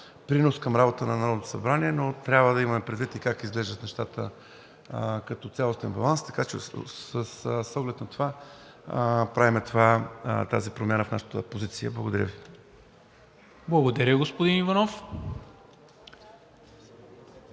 принос към работата на Народното събрание, но трябва да имаме предвид и как изглеждат нещата като цялостен баланс. С оглед на това правим тази промяна в нашата позиция. Благодаря Ви. ПРЕДСЕДАТЕЛ НИКОЛА